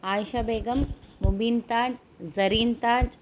Alhabegum Mubimtaj Jerintaj